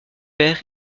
père